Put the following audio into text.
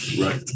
Right